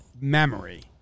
memory